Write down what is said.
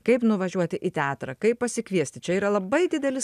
kaip nuvažiuoti į teatrą kaip pasikviesti čia yra labai didelis